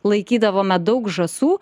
laikydavome daug žąsų